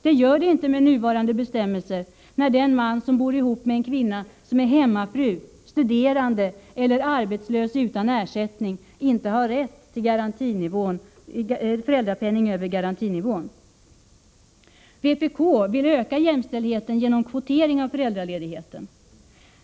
Det gör det inte med nuvarande bestämmelser, enligt vilka den man som bor ihop med en kvinna som är hemmafru, studerande eller arbetslös utan ersättning inte har rätt till föräldrapenning över garantinivån. Vpk vill öka jämställdheten genom kvotering av föräldraledigheten.